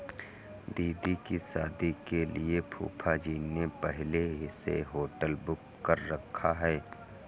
दीदी की शादी के लिए फूफाजी ने पहले से होटल बुक कर रखा है